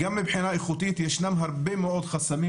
גם מבחינה איכותית יש הרבה מאוד חסמים